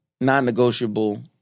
non-negotiable